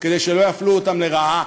כדי שלא יפלו אותם לרעה,